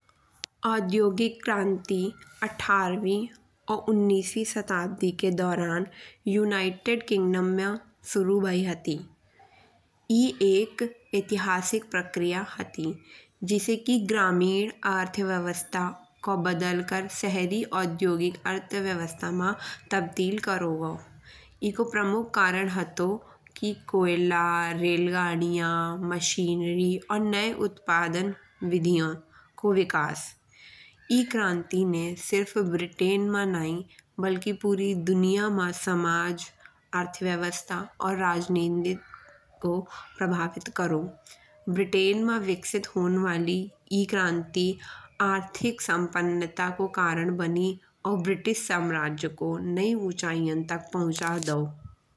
औद्योगिक क्रांति अठारहवीं और उन्नीसवीं शताब्दी के दौरान यूनाइटेड किंगडम में शुरू भई हती। ई एक ऐतिहासिक प्रक्रिया हती। जिसे कि ग्रामीण अर्थ व्यवस्था को बदल कर शहरी औद्योगिक अर्थव्यवस्था मा तब्दील करो गऔ। एको प्रमुख कारण हतो कि कोयला, रेलगाड़ियां, मशीनरी और नये उत्पादन विधियां को विकास। ई क्रांति में सिर्फ ब्रिटेन मा नाहीं बल्कि पूरी दुनिया मा समाज अर्थव्यवस्था और राजनीति को प्रभावित करो। ब्रिटेन मा विकसित होने बाली ई क्रांति आर्थिक संपन्नता को कारण बनी। और ब्रिटिश राज्य को नयी ऊँचाइयाँ तक पहुँचा दओ।